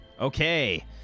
Okay